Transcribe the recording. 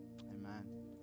amen